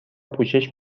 پوشش